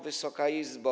Wysoka Izbo!